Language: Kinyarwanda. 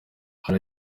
aho